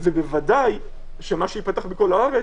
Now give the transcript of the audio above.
ובוודאי מה שיפתח בכל הארץ,